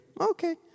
Okay